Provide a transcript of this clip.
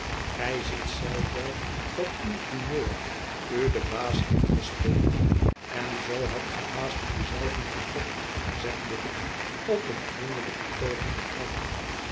gij ziet zelf wel dat uw humeur u den baas heeft gespeeld en zoo hadt ge haast u zelven gefopt zegt bucket op een vriendelijk betoogenden trant